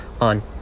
on